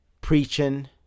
preaching